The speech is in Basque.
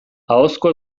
ahozko